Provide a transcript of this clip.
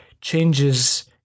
changes